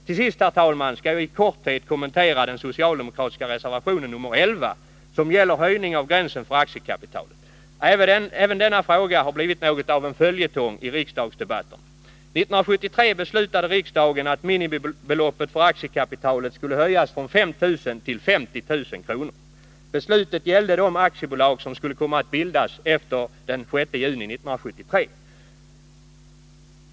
Till sist, herr talman, skall jag i korthet kommentera den socialdemokra Även denna fråga har blivit något av en följetong i riksdagsdebatterna. 1973 beslutade riksdagen att minimibeloppet för aktiekapitalet skulle höjas från 5 000 till 50 000 kr. Beslutet gällde de aktiebolag som skulle komma att bildas efter den 6 juni 1973.